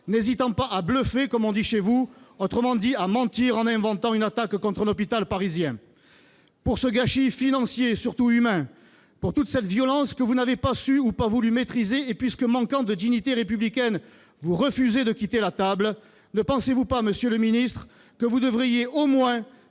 n'hésitant pas à « bluffer », comme on dit chez vous, autrement dit à mentir, en inventant une attaque contre un hôpital parisien. Face à ce gâchis financier et surtout humain, face à toute cette violence que vous n'avez pas su ou pas voulu maîtriser, parce que vous manquez de dignité républicaine, vous refusez de quitter la table. Ne pensez-vous pas, monsieur le ministre, que vous devriez au moins